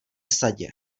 sadě